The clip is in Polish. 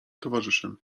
towarzyszem